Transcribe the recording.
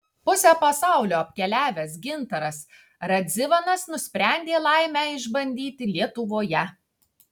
pusę pasaulio apkeliavęs gintaras radzivanas nusprendė laimę išbandyti lietuvoje